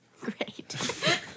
Great